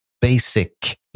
basic